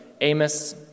Amos